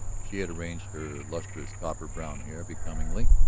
she had arranged her lustrous copper-brown hair becomingly,